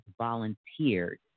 volunteered